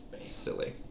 Silly